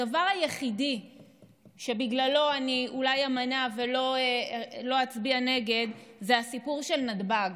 הדבר היחיד שבגללו אני אולי אימנע ולא אצביע נגד הוא הסיפור של נתב"ג.